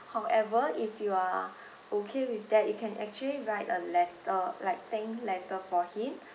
however if you are okay with that you can actually write a letter like thank letter for him